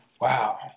Wow